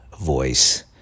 voice